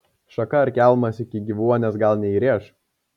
šaka ar kelmas iki gyvuonies gal neįrėš